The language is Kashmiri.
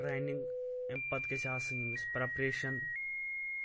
ٹرینٛگ امہِ پتہٕ گژھِ آسٕنۍ أمِس پریپریشن